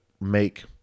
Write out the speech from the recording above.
make